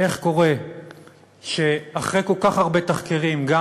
איך קורה שאחרי כל כך הרבה תחקירים גם